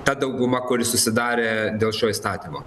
ta dauguma kuri susidarė dėl šio įstatymo